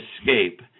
escape